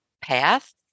path